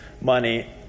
money